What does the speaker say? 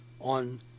on